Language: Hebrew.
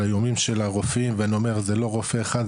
על האיומים של הרופאים ואני אומר זה לא רופא אחד,